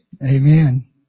Amen